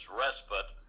respite